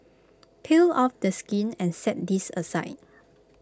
peel off the skin and set this aside